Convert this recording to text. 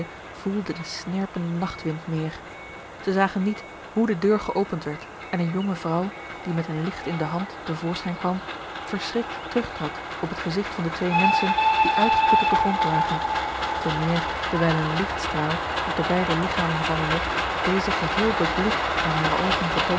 voelde den snerpenden nachtwind meer zij zagen niet hoe de deur geopend werd en eene jonge vrouw die met een licht in de hand te voorschijn kwam verschrikt terug trad op het gezigt van de twee menschen die uitgeput op den grond lagen te meer dewijl een lichtstraal op de beide ligchamen vallende deze geheel bebloed aan hare oogen vertoonde